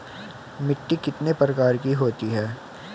मिट्टी कितने प्रकार की होती हैं?